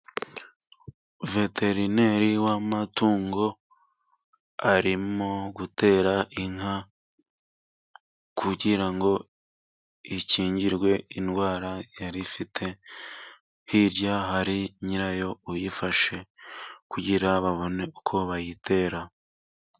veterineri w'amatungo arimo gutera inka kugira ngo ikingirwe indwara yari ifite . Hirya hari nyirayo uyifashe kugira babone uko bayitera.